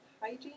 hygiene